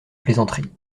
plaisanterie